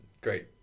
great